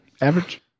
average